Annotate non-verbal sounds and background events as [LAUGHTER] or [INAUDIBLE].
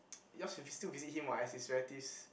[NOISE] you all should still visit him what as his relatives